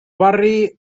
barri